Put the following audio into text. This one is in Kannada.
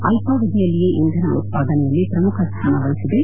ಅಲ್ವಾವಧಿಯಲ್ಲಿಯೇ ಇಂಧನ ಉತ್ಪಾದನೆಯಲ್ಲಿ ಪ್ರಮುಖ ಸ್ಥಾನ ವಹಿಸಿದೆ